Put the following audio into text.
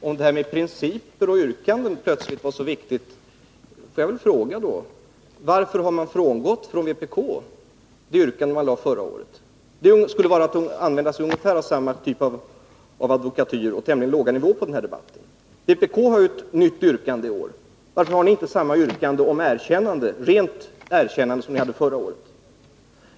Fru talman! Om principerna i yrkanden nu är så viktiga, kunde jag väl fråga varför vpk då har frångått det yrkande man där hade förra året. Men det skulle vara att använda sig av samma dåliga advokatyr och diskutera på samma tämligen låga nivå i den här debatten som vpk. Vpk har ett nytt yrkande i år. Varför har ni inte samma yrkande om rent erkännande som ni hade förra året?